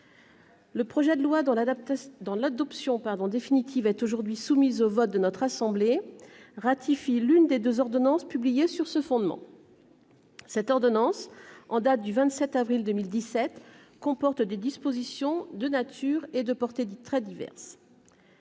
Le projet de loi dont l'adoption définitive est aujourd'hui soumise au vote de notre assemblée tend à ratifier l'une des deux ordonnances publiées sur ce fondement. Cette ordonnance, en date du 27 avril 2017, comporte des dispositions de nature et de portée très diverses.